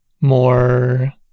more